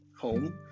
home